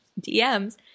DMs